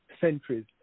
centuries